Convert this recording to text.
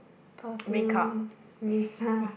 perfume mist